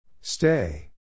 Stay